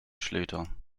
schlüter